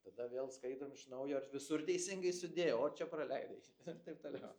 tada vėl skaitom iš naujo ar visur teisingai sudėjo o čia praleidai ir taip toliau